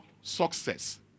success